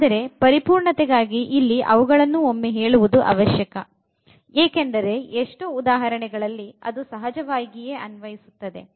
ಆದರೆ ಪರಿಪೂರ್ಣತೆಗಾಗಿ ಇಲ್ಲಿ ಅವುಗಳನ್ನೊಮ್ಮೆ ಹೇಳುವುದು ಅವಶ್ಯಕ ಏಕೆಂದರೆ ಎಷ್ಟೋ ಉದಾಹರಣೆಗಳಲ್ಲಿ ಅದು ಸಹಜವಾಗಿಯೇ ಅನ್ವಯಿಸುತ್ತದೆ